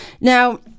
Now